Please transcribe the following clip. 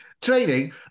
training